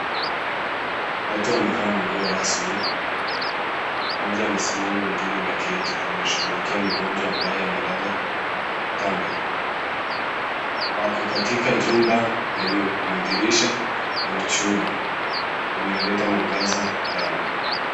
Watu wamevaa nguo rasmi. Mmoja amesimama mwingine ameketi, anashughulikia mgonjwa ambaye amelazwa kwa kitanda. Wako katika jumba lenye madirisha ya chuma inayoleta mwangaza ndani.